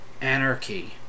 Anarchy